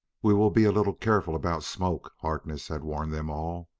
we will be a little careful about smoke, harkness had warned them all.